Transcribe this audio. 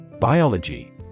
Biology